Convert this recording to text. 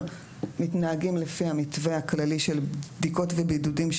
מתנהגים לפי המתווה הכללי של בדיקות ובידודים,